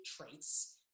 traits